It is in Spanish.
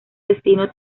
destino